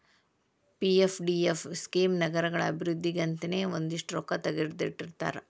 PFDF scheme ನಗರಗಳ ಅಭಿವೃದ್ಧಿಗಂತನೇ ಒಂದಷ್ಟ್ ರೊಕ್ಕಾ ತೆಗದಿಟ್ಟಿರ್ತಾರ